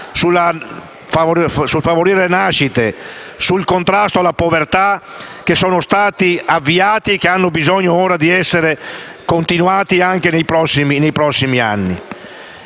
sul favorire le nascite, sul contrasto alla povertà, che sono stati avviati e che hanno bisogno ora di essere continuati anche nei prossimi anni.